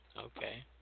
Okay